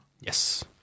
Yes